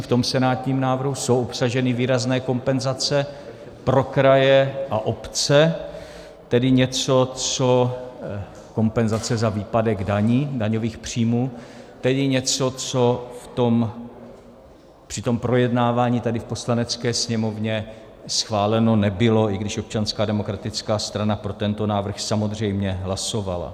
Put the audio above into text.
V senátním návrhu jsou obsaženy výrazné kompenzace pro kraje a obce, kompenzace za výpadek daní, daňových příjmů, tedy něco, co v tom při projednávání tady v Poslanecké sněmovně schváleno nebylo, i když Občanská demokratická strana pro tento návrh samozřejmě hlasovala.